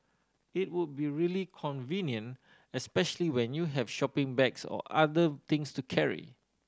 it would be really convenient especially when you have shopping bags or other things to carry